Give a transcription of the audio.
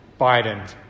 Biden